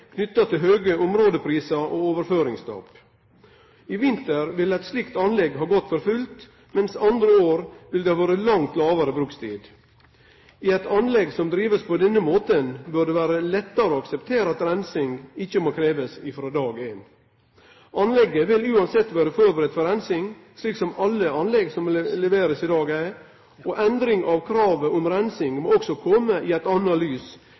knytte til høge områdeprisar og overføringstap. I vinter ville eit slikt anlegg ha gått for fullt, mens andre år ville det har vore langt lågare brukstid. I eit anlegg som blir drive på denne måten, bør det vere lettare å akseptere at reinsing ikkje må krevjast frå dag éin. Anlegget vil uansett vere førebudd på reinsing, slik som alle anlegg som blir levert i dag, er, og endring av kravet om reinsing må òg kome i eit